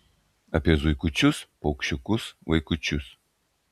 apie zuikučius paukščiukus vaikučius